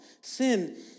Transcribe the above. Sin